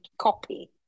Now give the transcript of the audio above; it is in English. copy